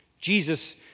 Jesus